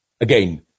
again